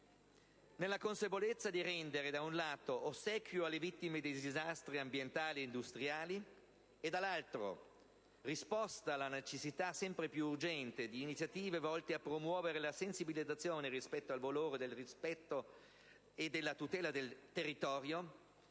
Nella consapevolezza, da un lato, di rendere ossequio alle vittime dei disastri ambientali e industriali e, dall'altro, di dare risposta alla necessità sempre più urgente di iniziative volte a promuovere una sensibilizzazione verso il valore del rispetto e della tutela del territorio,